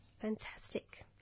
Fantastic